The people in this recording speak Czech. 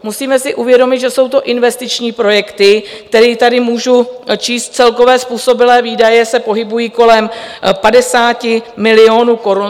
Musíme si uvědomit, že jsou to investiční projekty, které tady můžu číst, celkové způsobilé výdaje se pohybují kolem 50 milionů korun.